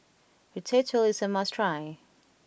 Ratatouille is a must try